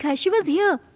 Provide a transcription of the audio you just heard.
yeah she was here.